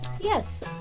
Yes